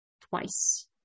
twice